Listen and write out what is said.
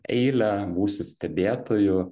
eilę būsiu stebėtoju